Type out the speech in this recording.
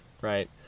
Right